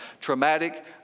traumatic